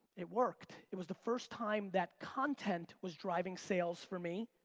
it worked. it was the first time that content was driving sales for me.